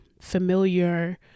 familiar